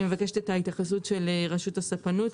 אני מבקשת את ההתייחסות של רשות הספנות,